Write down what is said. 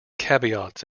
caveats